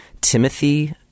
Timothy